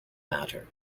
matter